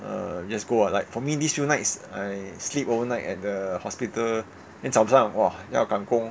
uh just go ah like for me these few nights I sleep overnight at the hospital then 早上 !wah! 要赶工